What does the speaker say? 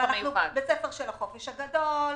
יש בית ספר של החופש הגדול,